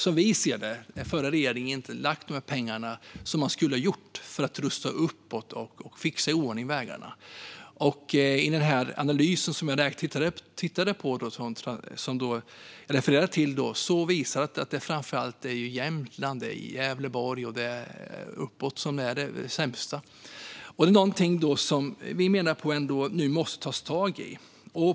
Som vi ser det har den förra regeringen inte lagt de pengar som de skulle ha lagt för att rusta upp och fixa i ordning vägarna. Den analys som jag refererade till visar att det framför allt är i Jämtland, Gävleborg och norrut som de sämsta vägarna finns. Vi menar att detta är någonting som det måste tas tag i.